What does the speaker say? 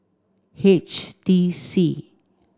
H T C